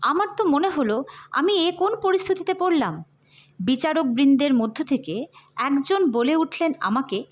আমার তো মনে হলো আমি এ কোন পরিস্থিতিতে পড়লাম বিচারকবৃন্দের মধ্যে থেকে একজন বলে উঠলেন আমাকে